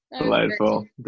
Delightful